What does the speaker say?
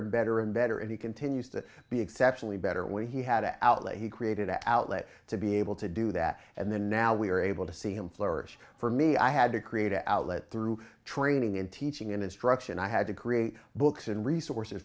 and better and better and he continues to be exceptionally better when he had an outlet he created an outlet to be able to do that and then now we are able to see him flourish for me i had to create a outlet through training and teaching and instruction i had to create books and resources